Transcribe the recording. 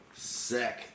Sick